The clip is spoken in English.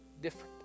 different